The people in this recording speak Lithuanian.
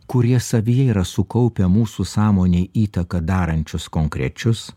kurie savyje yra sukaupę mūsų sąmonei įtaką darančius konkrečius